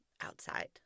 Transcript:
Outside